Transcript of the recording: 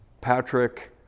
Patrick